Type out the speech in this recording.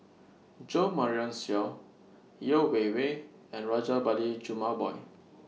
Jo Marion Seow Yeo Wei Wei and Rajabali Jumabhoy